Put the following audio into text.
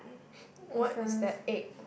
what is that egg